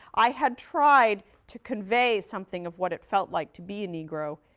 i had tried to convey something of what it felt like to be a negro,